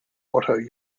otto